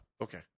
Okay